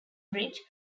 bridge